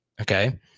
Okay